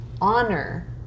honor